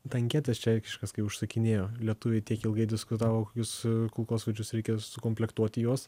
tanketes čekiškas kai užsakinėjo lietuviai tiek ilgai diskutavo kokius kulkosvaidžius reikia sukomplektuoti juos